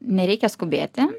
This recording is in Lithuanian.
nereikia skubėti